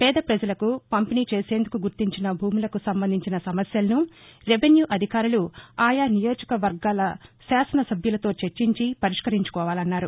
పేద ప్రజలకు పంపిణీ చేసేందుకు గుర్తించిన భూములకు సంబంధించిన సమస్యలను రెవిన్యూ అధికారులు ఆయా నియోజక వర్గాల శాసన సభ్యులతో చర్చించి పరిష్కరించుకోవాలన్నారు